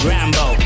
Rambo